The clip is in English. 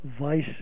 vice